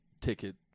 ticket